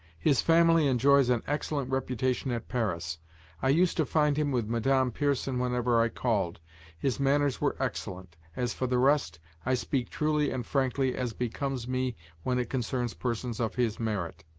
his family enjoys an excellent reputation at paris i used to find him with madame pierson whenever i called his manners were excellent. as for the rest, i speak truly and frankly, as becomes me when it concerns persons of his merit.